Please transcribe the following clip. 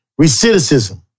recidivism